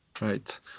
Right